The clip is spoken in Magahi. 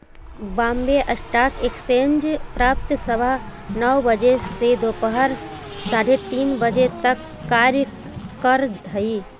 बॉम्बे स्टॉक एक्सचेंज प्रातः सवा नौ बजे से दोपहर साढ़े तीन तक कार्य करऽ हइ